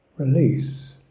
release